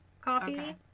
Coffee